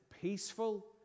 peaceful